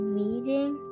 meeting